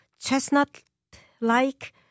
chestnut-like